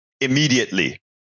immediately